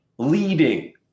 Leading